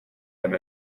them